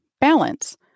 Balance